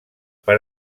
per